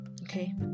okay